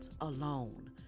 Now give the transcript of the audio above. alone